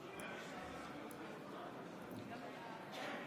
במשטרת ישראל ובשירות בתי הסוהר) (תיקוני חקיקה)